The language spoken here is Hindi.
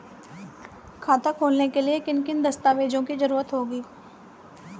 खाता खोलने के लिए किन किन दस्तावेजों की जरूरत होगी?